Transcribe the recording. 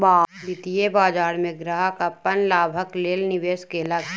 वित्तीय बाजार में ग्राहक अपन लाभक लेल निवेश केलक